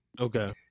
Okay